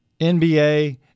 NBA